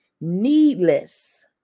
needless